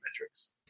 metrics